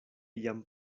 jam